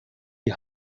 die